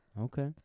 Okay